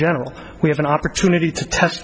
general we have an opportunity to test